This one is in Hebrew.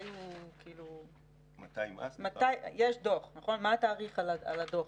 מה התאריך על הדוח?